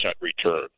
return